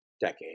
decade